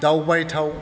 दावबायथाव